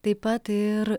taip pat ir